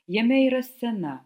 jame yra scena